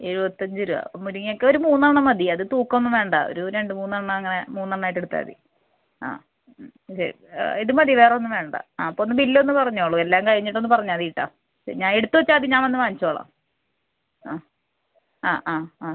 എഴുപത്തഞ്ച് രൂപ അപ്പം മുരിങ്ങക്കൊരു മൂന്നെണ്ണം മതി അത് തൂക്കൊന്നും വേണ്ട ഒരു രണ്ട് മൂന്നെണ്ണം അങ്ങനെ മൂന്നെണ്ണായിട്ടെടുത്താൽ മതി ശരി ഇത് മതി വേറൊന്നും വേണ്ട ആ അപ്പോൾ ബില്ലൊന്ന് പറഞ്ഞോളൂ എല്ലാം കഴിഞ്ഞിട്ടൊന്ന് പറഞ്ഞാതീട്ടാ ഞാൻ എടുത്ത് വെച്ചാൽ മതി ഞാൻ വന്ന് വാങ്ങിച്ചോളാം ആ ആ ആ ആ